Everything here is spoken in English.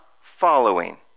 following